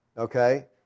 Okay